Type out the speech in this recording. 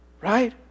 Right